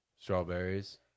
strawberries